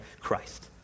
Christ